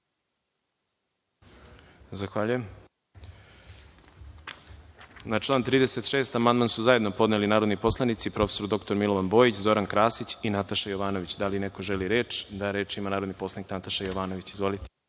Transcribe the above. Zahvaljujem. Na član 36 Amandman su zajedno podneli narodni poslanici prof. dr Milovan Bojić, Zoran Krasić i Nataša Jovanović. Da li neko želi reč? (Da.)Reč ima narodni poslanik Nataša Jovanović. Izvolite.